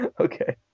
okay